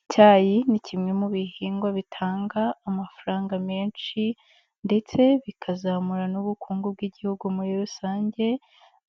Icyayi ni kimwe mu bihingwa bitanga amafaranga menshi ndetse bikazamura n'ubukungu bw'Igihugu muri rusange